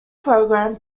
program